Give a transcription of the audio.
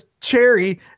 cherry